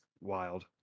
wild